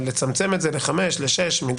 לצמצם את זה לחמש שנים, לשש שנים?